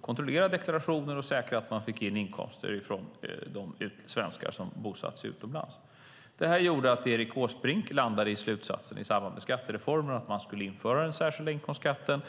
kontrollera deklarationer och säkra att man fick in inkomster från de svenskar som bosatt sig utomlands. Det gjorde att Erik Åsbrink i samband med skattereformen landade i slutsatsen att man skulle införa den särskilda inkomstskatten.